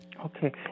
Okay